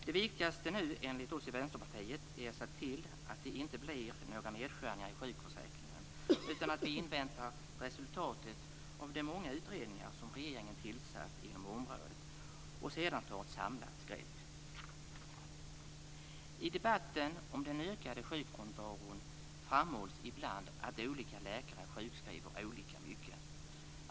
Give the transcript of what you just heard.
Det viktigaste nu är enligt Vänsterpartiet att se till att det inte blir några nedskärningar i sjukförsäkringen utan att vi inväntar resultatet av de många utredningar som regeringen har tillsatt inom området och sedan tar ett samlat grepp. I debatten om den ökande sjukfrånvaron framhålls ibland att olika läkare sjukskriver olika mycket.